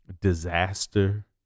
disaster